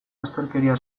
bazterkeria